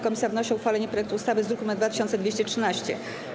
Komisja wnosi o uchwalenie projektu ustawy z druku nr 2213.